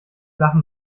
lachen